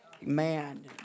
Man